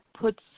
puts